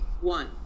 one